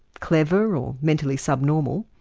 clever or mentally sub-normal,